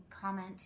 comment